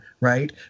right